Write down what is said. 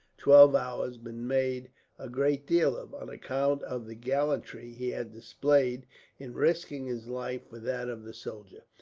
twelve hours, been made a great deal of, on account of the gallantry he had displayed in risking his life for that of the soldier.